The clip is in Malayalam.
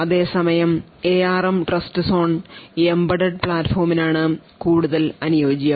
അതേസമയം ARM trustzone emmbedded platform നാണു കൂടുതൽ അനുയോജ്യം